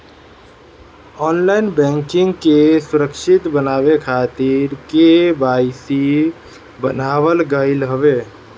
online banking के सुरक्षित बनावे खातिर के.वाई.सी बनावल गईल हवे